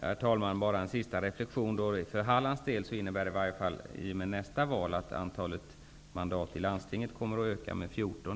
Herr talman! Bara en sista reflexion. För Hallands del innebär detta i varje fall i och med nästa val att antalet mandat i landstinget kommer att öka med 14.